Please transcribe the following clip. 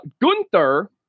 Gunther